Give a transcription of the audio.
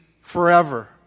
forever